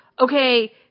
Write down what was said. okay